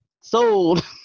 Sold